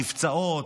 נפצעות,